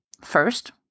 First